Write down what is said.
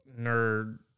nerd